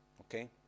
Okay